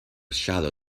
shallow